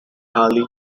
highly